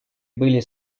были